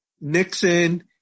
Nixon